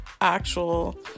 actual